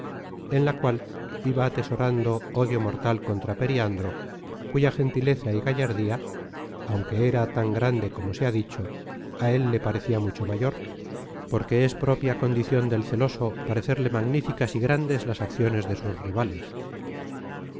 en la cual iba atesorando ódio mortal contra periandro cuya gentileza y gallardía aunque era tan grande como se ha dicho á él celoso parecerle magníficas y grandes las acciones de sus rivales